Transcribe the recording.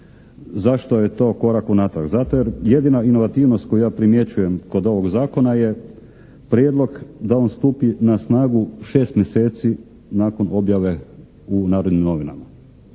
Zašto je to korak unatrag? Zato jer jedina inovativnost koju ja primjećujem kod ovog zakona je prijedlog da on stupi na snagu šest mjeseci nakon objave u "Narodnim novinama".